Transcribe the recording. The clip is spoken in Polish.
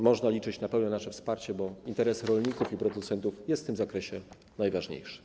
Można liczyć na nasze pełne wsparcie, bo interes rolników i producentów jest w tym zakresie najważniejszy.